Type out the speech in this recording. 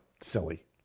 silly